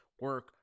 Work